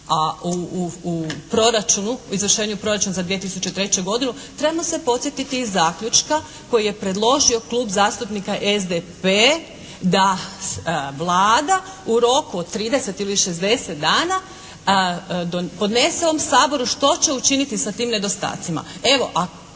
u izvršenju proračuna za 2003. godinu trebamo se podsjetiti i zaključka koji je predložio Klub zastupnika SDP da Vlada u roku od 30 ili 60 dana podnese ovom Saboru što će učiniti sa tim nedostacima?